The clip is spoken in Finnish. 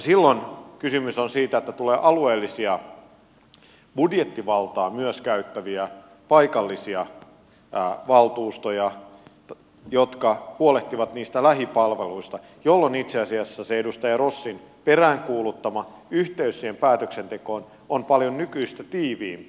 silloin kysymys on siitä että tulee alueellisia budjettivaltaa myös käyttäviä paikallisia valtuustoja jotka huolehtivat niistä lähipalveluista jolloin itse asiassa se edustaja rossin peräänkuuluttama yhteys siihen päätöksentekoon on paljon nykyistä tiiviimpi